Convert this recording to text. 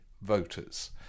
voters